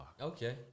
Okay